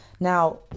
Now